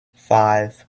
five